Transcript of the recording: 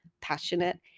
passionate